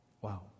Wow